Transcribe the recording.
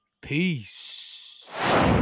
Peace